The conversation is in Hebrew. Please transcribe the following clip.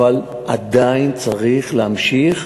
אבל עדיין צריך להמשיך,